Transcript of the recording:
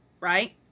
right